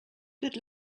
good